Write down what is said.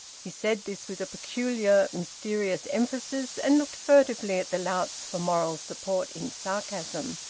he said this with a peculiar mysterious emphasis, and looked furtively at the louts for moral support in sarcasm.